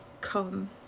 come